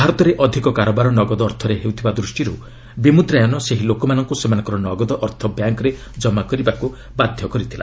ଭାରତରେ ଅଧ୍ୟକ କାରବାର ନଗଦ ଅର୍ଥରେ ହେଉଥିବା ଦୃଷ୍ଟିର୍ ବିମ୍ବଦାୟନ ସେହି ଲୋକମାନଙ୍କ ସେମାନଙ୍କର ନଗଦ ଅର୍ଥ ବ୍ୟାଙ୍କରେ ଜମା କରିବାକୃ ବାଧ କରିଥିଲା